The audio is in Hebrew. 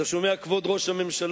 אתה שומע, כבוד ראש הממשלה?